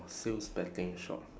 sales betting shop